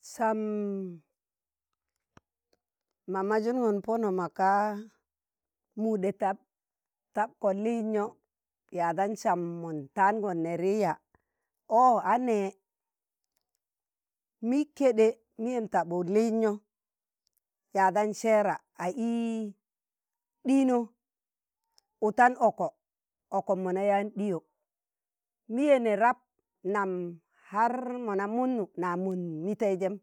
sạm na mazungon pọnọ maka̱, mu ɗe tạp- tạpko lịino yaadan sam mọn tạangon neri yaa, ọ a nẹẹ, mi kẹɗẹ miyen taɓud liiznọ, yadan sẹẹra ạ ị ɗino otan ọkọ, ọkọm mo na yaan ɗiyo, miye ne rab nam hạr mona mụnnu na mon miteijem.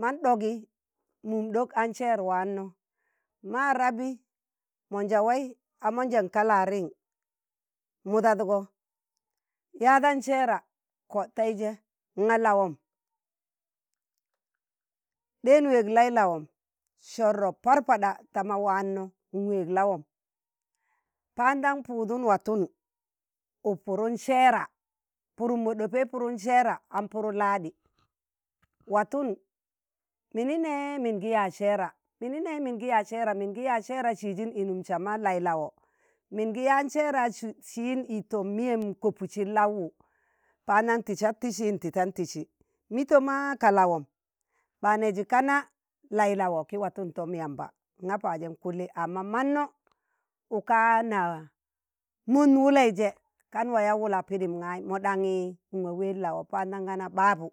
nam ɗogi mum ɗuk a sẹẹr waanọ, ma nrabi munjewai a munje kalarin mudadgo yaadan sẹẹra kọ taije, ṇga lawọm, ɗen weeg lai lawom so̱rro parpaɗa ta ma waano n'weeg lawom pandan pudun watụn uk pụdụn sẹẹra, padụm mo dopẹi pụrụn sẹẹra aṇ pụrụ laɗi waton mini nẹ min gi yaaj sẹẹra, mini ne min gi yaaz sẹẹra. si tin, min gi yaaz seera sijin i num sama lai lawo, min gi yaan sẹẹra si sijin i tom miyem kopudsin lauwu, pandan tisad tisi n'tisan tisi mito ma, ka lawom ɓa neeji ka na lai lawo ki watun tom yamba, ngan paaje n'kulli amma mano ụka na, mo̱n wulei je kan waa yaa wụla pidim gayi mo ɗanyi n'waa ween lawo pandon gana ɓabu.